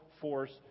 force